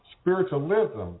Spiritualism